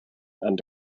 and